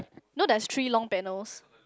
no there's three long panels